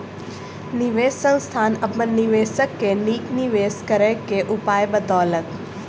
निवेश संस्थान अपन निवेशक के नीक निवेश करय क उपाय बतौलक